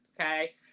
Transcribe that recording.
okay